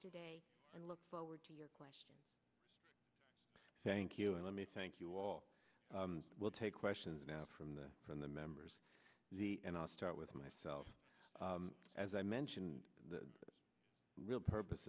today and look forward to your question thank you and let me thank you all we'll take questions from the from the members and i'll start with myself as i mentioned the real purpose